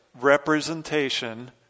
representation